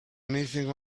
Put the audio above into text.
anything